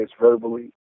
verbally